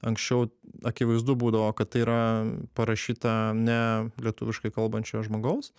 anksčiau akivaizdu būdavo kad tai yra parašyta ne lietuviškai kalbančio žmogaus